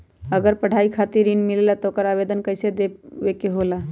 अगर पढ़ाई खातीर ऋण मिले ला त आवेदन कईसे देवे के होला?